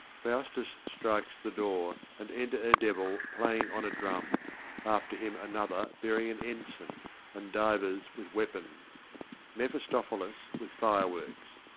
faustus strikes the door, and enter a devil playing on a drum after him another, bearing an ensign and divers with weapons mephistophilis with fire-works.